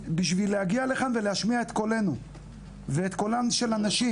להגיע לכאן ולהשמיע את קולנו ואת הקול של הנשים.